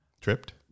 tripped